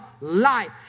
life